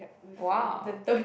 !wow!